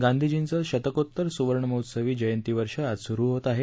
गांधीजींचं शतकोत्तर सुवर्णमहोत्सवी जयंती वर्ष आज सुरु होत आहे